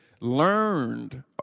learned